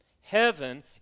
Heaven